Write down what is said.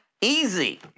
easy